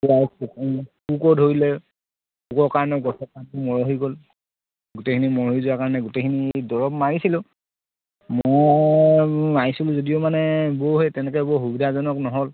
আৰু পোক পোকেও ধৰিলে পোকৰ কাৰণেও গছৰ পাতখিনি মৰহি গ'ল গোটেইখিনি মৰহি যোৱাৰ কাৰণে গোটেইখিনি দৰৱ মাৰিছিলোঁ মই মাৰিছিছোঁ যদিও মানে বৌ সেই তেনেকৈ বৰ সুবিধাজনক নহ'ল